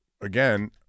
again